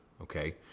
okay